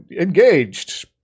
engaged